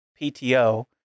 PTO